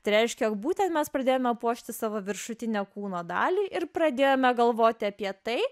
tai reiškia jog būtent mes pradėjome puošti savo viršutinę kūno dalį ir pradėjome galvoti apie tai